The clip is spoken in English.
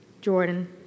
Jordan